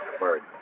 word